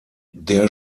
der